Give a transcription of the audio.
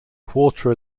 quarter